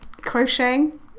crocheting